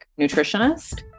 nutritionist